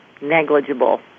negligible